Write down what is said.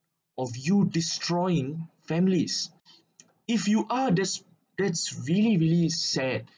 of you destroying families if you are that's that's really really sad